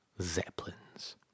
Zeppelins